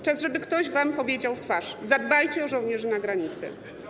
Czas, żeby ktoś wam powiedział w twarz: zadbajcie o żołnierzy na granicy.